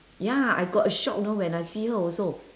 ya I got a shock you know when I see her also